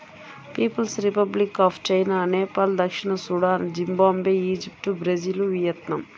peoples republic of China, Nepal దక్షిణ Sudan, Zimbabwe, Egypt, Brazil, Vietnam